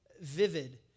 vivid